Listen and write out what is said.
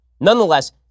Nonetheless